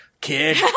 kid